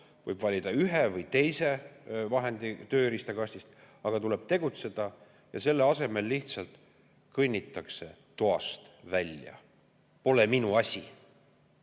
võib valida ühe või teise vahendi tööriistakastist, aga tuleb tegutseda. Selle asemel lihtsalt kõnnitakse toast välja. Pole minu asi.